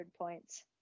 points